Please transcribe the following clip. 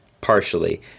partially